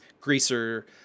greaser